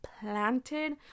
planted